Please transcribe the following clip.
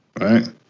Right